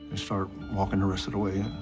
start walking the rest of the way